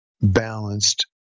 balanced